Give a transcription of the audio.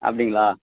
அப்படிங்களா